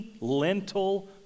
lentil